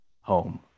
home